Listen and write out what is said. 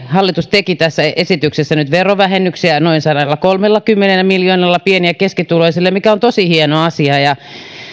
hallitus teki tässä esityksessä nyt verovähennyksiä noin sadallakolmellakymmenellä miljoonalla pieni ja keskituloisille mikä on tosi hieno asia ja